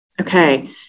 Okay